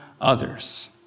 Others